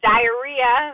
Diarrhea